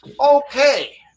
Okay